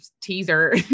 teaser